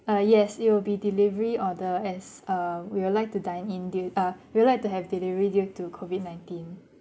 uh yes it will be delivery order as uh we will like to dine in due uh we will like to have delivery due to COVID nineteen